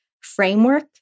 framework